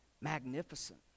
magnificent